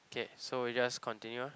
okay so we just continue ah